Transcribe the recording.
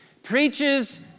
preaches